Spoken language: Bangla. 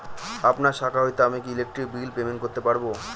আপনার শাখা হইতে আমি কি ইলেকট্রিক বিল পেমেন্ট করতে পারব?